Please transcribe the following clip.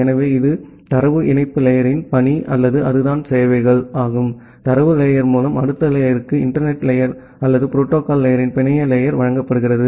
எனவே இது தரவு இணைப்பு லேயரின் பணி அல்லது அதுதான் சேவைகள் தரவு லேயர் மூலம் அடுத்த லேயர் க்கு இன்டர்நெட் லேயர் அல்லது புரோட்டோகால் லேயர்ரின் பிணைய லேயர் வழங்கப்படுகிறது